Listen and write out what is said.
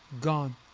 Gone